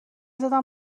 زدم